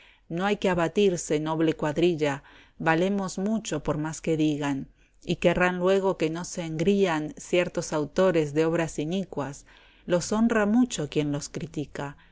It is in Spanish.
no hay que abatirse noble cuadrilla valemos mucho por más que digan y querrán luego que no se engrían ciertos autores de obras inicuas los honra mucho quien los critica